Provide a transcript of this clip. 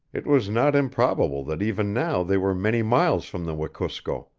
it was not improbable that even now they were many miles from the wekusko,